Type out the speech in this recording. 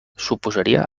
suposaria